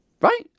right